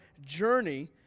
journey